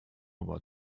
about